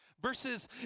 Versus